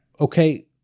Okay